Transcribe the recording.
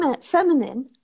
feminine